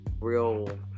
real